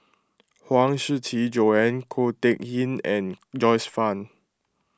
Huang Shiqi Joan Ko Teck Kin and Joyce Fan